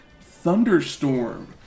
Thunderstorm